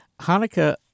Hanukkah